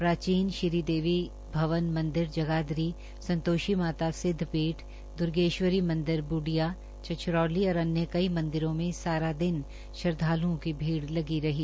प्राचीन श्री देवी भवन मंदिर जगाधरी संतोषी माता सिद्ध पीठ दुर्गेश्वरी मंदिर बूडिया छछरौली और अन्य कई मंदिरों में सारा दिन श्रद्धालुओं की भीड़ लगी रही